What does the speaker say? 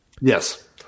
Yes